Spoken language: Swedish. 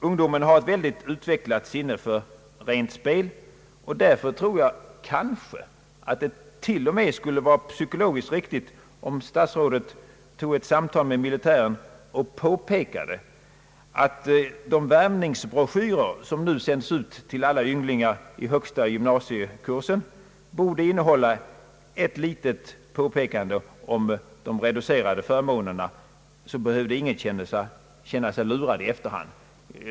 Ungdomen har ett starkt utvecklat sinne för rent spel, och därför tror jag att det kanske till och med skulle vara psykologiskt riktigt om statsrådet tog ett samtal med militären och påpekade att de värvningsbroschyrer som nu sänds ut till alla ynglingar i högsta gymnasiekursen borde innehålla ett litet påpekande om de reducerade förmånerna, så att ingen behövde känna sig lurad i efterhand.